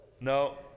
No